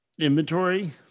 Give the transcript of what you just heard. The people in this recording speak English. inventory